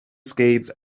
skates